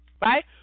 right